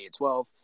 12